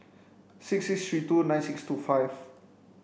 six six three two nine six two five